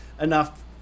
enough